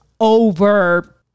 over